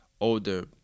older